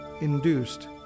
induced